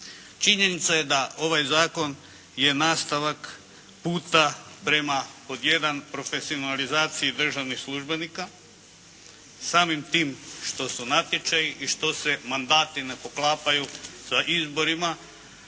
Činjenica je da ovaj zakon je nastavak puta prema pod jedan, profesionalizaciji državnih službenika, samim tim što su natječaji i što se mandati ne poklapaju sa izborima